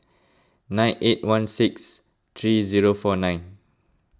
nine eight one six three zero four nine